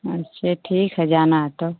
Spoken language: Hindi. अच्छे ठीक है जाना है तो